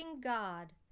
God